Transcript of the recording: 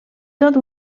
tot